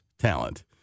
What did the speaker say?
talent